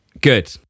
Good